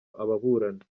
ababurana